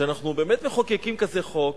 שאנחנו באמת מחוקקים כזה חוק